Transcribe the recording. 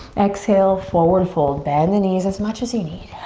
exhale, forward fold, bend the knees as much as you need.